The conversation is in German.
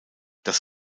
das